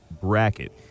bracket